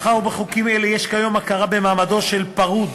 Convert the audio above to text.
מאחר שבחוקים אלה יש כיום הכרה במעמדו של פרוד